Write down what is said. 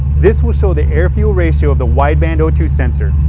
this will show the air fuel ratio of the wideband o two sensor.